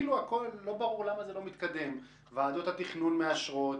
לא ברור למה זה לא מתקדם: ועדות התכנון מאשרות,